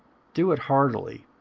do it heartily,